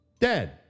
Dead